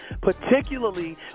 particularly